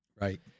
Right